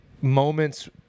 moments